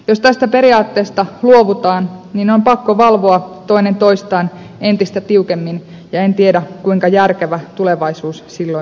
jos tästä periaatteesta luovutaan niin on pakko valvoa toinen toistaan entistä tiukemmin enkä tiedä kuinka järkevä tulevaisuus silloin meillä on